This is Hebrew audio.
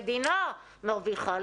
המדינה מרוויחה,